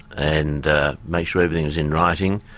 and make sure everything's in writing,